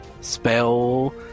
spell